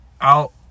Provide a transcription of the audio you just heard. out